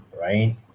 Right